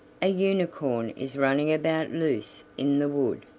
a unicorn is running about loose in the wood,